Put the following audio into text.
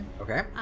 okay